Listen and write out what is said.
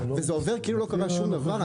וזה עובר כאילו לא קרה שום דבר?